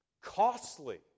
costly